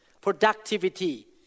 productivity